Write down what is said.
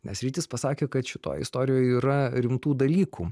nes rytis pasakė kad šitoj istorijoj yra rimtų dalykų